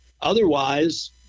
otherwise